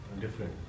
different